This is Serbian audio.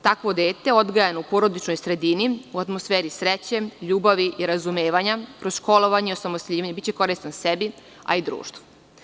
Takvo dete odgajano u porodičnoj sredini, u atmosferi sreće, ljubavi i razumevanja kroz školovanje i osamostaljivanje, biće korisno sebi, a i društvu.